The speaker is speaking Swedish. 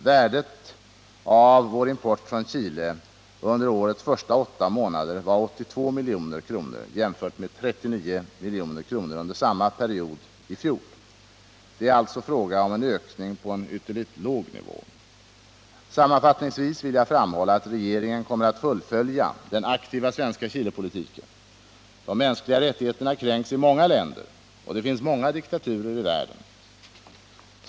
Värdet av vår import från Chile under årets första åtta månader var 82 milj.kr. jämfört med 39 milj.kr. under samma period i fjol. Det är alltså fråga om en ökning på en ytterligt låg nivå. Sammanfattningsvis vill jag framhålla att regeringen kommer att fullfölja den aktiva svenska Chilepolitiken. De mänskliga rättigheterna kränks i många länder och det finns många diktaturer i världen.